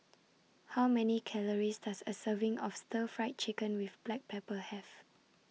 How Many Calories Does A Serving of Stir Fried Chicken with Black Pepper Have